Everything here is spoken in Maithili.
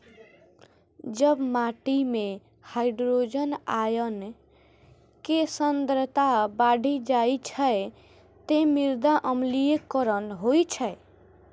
जब माटि मे हाइड्रोजन आयन के सांद्रता बढ़ि जाइ छै, ते मृदा अम्लीकरण होइ छै